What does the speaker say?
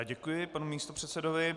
Děkuji panu místopředsedovi.